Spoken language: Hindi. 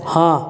हाँ